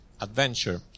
adventure